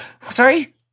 Sorry